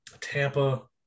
Tampa